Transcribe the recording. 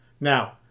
Now